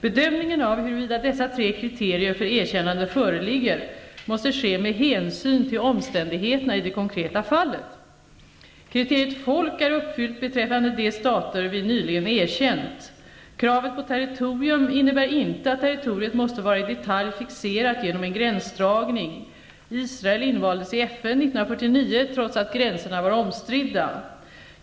Bedömningen av huruvida dessa tre kriterier för erkännande föreligger måste ske med hänsyn till omständigheterna i det konkreta fallet. Kriteriet folk är uppfyllt beträffande de stater vi nyligen erkänt. Kravet på territorium innebär inte att territoriet måste vara i detalj fixerat genom en gränsdragning -- Israel invaldes i FN 1949 trots att gränserna var omstridda.